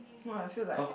no eh I feel like